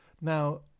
Now